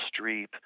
streep